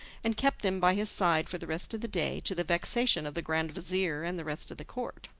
and kept them by his side for the rest of the day, to the vexation of the grand-vizir and the rest of the court.